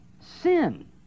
sin